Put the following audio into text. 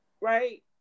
Right